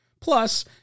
Plus